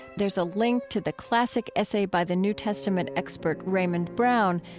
there's a link to the classic essay by the new testament expert raymond brown,